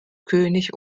könig